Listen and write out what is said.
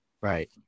Right